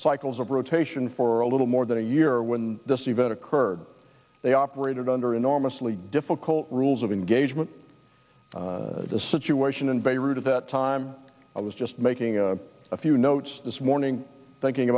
cycles of rotation for a little more than a year when event occurred they operated under enormously difficult rules of engagement the situation in beirut at that time i was just making a few notes this morning thinking